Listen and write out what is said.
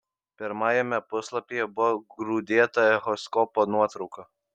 pirmajame puslapyje buvo grūdėta echoskopo nuotrauka